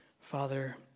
Father